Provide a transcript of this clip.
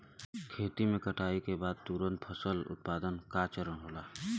खेती में कटाई के तुरंत बाद फसल उत्पादन का चरण होला